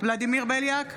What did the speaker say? ולדימיר בליאק,